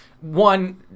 one